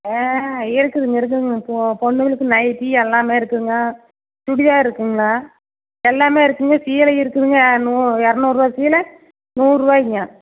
ஆ இருக்குதுங்க இருக்குதுங்க போ பொண்ணுங்களுக்கு நைட்டி எல்லாமே இருக்குங்க சுடிதார் இருக்குங்க எல்லாமே இருக்குங்க சேலை இருக்குதுங்க இரநூறுவா சேலை நூறுவாய்ங்க